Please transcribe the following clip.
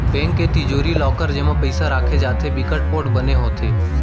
bank के तिजोरी, locker जेमा पइसा राखे जाथे बिकट पोठ बने होथे